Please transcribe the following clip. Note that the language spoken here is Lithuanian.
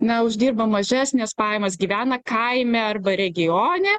na uždirba mažesnes pajamas gyvena kaime arba regione